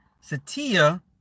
Satya